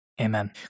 Amen